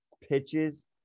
pitches